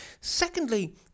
Secondly